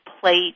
plate